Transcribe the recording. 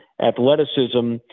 athleticism